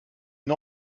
une